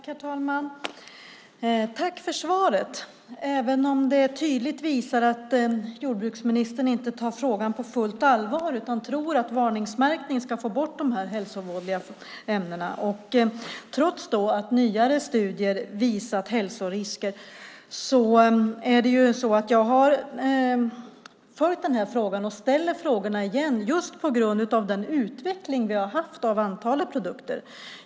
Herr talman! Jag tackar för svaret, även om det tydligt visar att jordbruksministern inte tar frågan på fullt allvar utan tror att varningsmärkning ska få bort de hälsovådliga ämnena, trots att nyare studier visat hälsorisker. Jag har ställt frågorna och ställer dem igen på grund av den utveckling vi har haft av antalet produkter.